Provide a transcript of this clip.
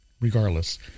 regardless